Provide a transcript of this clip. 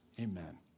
Amen